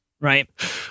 Right